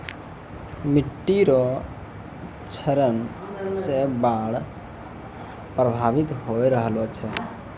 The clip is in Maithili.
मिट्टी रो क्षरण से बाढ़ प्रभावित होय रहलो छै